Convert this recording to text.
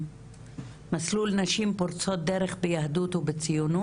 מסלול נשים פורצות דרך ביהדות ובציונות?